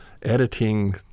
editing